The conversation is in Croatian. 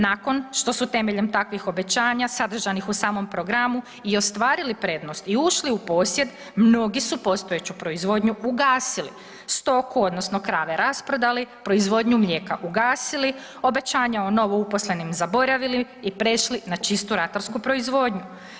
Nakon što su temeljem takvih obećanja sadržanih u samom programu i ostvarili prednost i ušli u posjed mnogi su postojeću proizvodnju ugasili, stoku odnosno krave rasprodali, proizvodnju mlijeka ugasili, obećanja o novouposlenim zaboravili i prešli na čistu ratarsku proizvodnju.